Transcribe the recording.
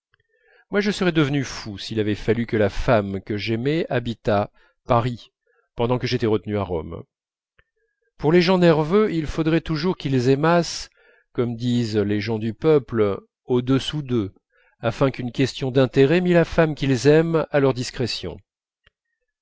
moi je serais devenu fou s'il avait fallu que la femme que j'aimais habitât paris pendant que j'étais retenu à rome pour les gens nerveux il faudrait toujours qu'ils aimassent comme disent les gens du peuple au-dessous d'eux afin qu'une question d'intérêt mît la femme qu'ils aiment à leur discrétion